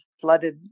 flooded